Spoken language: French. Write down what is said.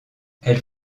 elles